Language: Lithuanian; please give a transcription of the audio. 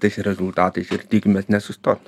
tais rezultatais ir tikimės nesustot